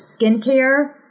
skincare